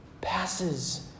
passes